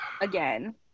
Again